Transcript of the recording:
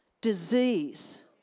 disease